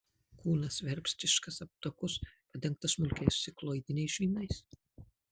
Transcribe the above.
kūnas verpstiškas aptakus padengtas smulkiais cikloidiniais žvynais